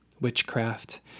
witchcraft